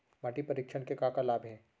माटी परीक्षण के का का लाभ हे?